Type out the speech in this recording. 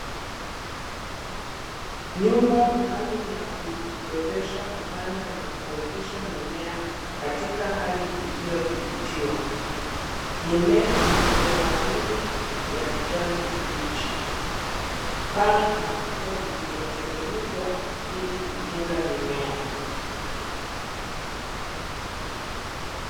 Nyumba maalum ya kuwezesha kupanda na kuotesha mimea katika hali iliyo dhibitiwa. Mimea iliyo nawiri ya kijani kibichi. Paa na kuta zilizotengenezwa ili kukinga mimea.